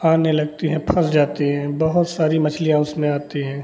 आने लगती हैं फँस जाती हैं बहुत सारी मछलियाँ उसमें आती हैं